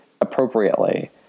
appropriately